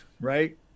right